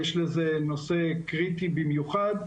זה קריטי במיוחד.